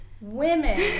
women